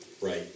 right